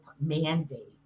mandate